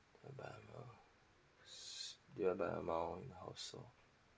whereby amount divide amount house hold